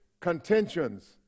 contentions